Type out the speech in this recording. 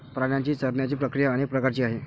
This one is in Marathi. प्राण्यांची चरण्याची प्रक्रिया अनेक प्रकारची आहे